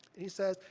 he says,